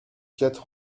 quatre